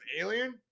alien